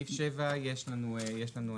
לסעיף 7 יש לנו הערה.